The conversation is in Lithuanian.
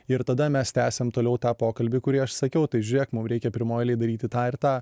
ir tada mes tęsiam toliau tą pokalbį kurį aš sakiau tai žiūrėk mum reikia pirmoj eilėj daryti tą ir tą